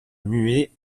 muet